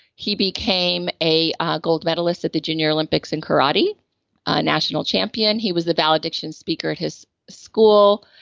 he became a ah gold medalist at the junior olympics in karate, a national champion. he was the valediction speaker at his school.